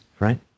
Right